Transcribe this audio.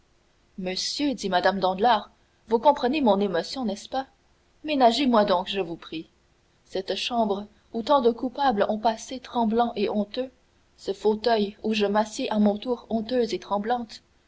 monsieur dit mme danglars vous comprenez mon émotion n'est-ce pas ménagez moi donc je vous prie cette chambre où tant de coupables ont passé tremblants et honteux ce fauteuil où je m'assieds à mon tour honteuse et tremblante